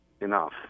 enough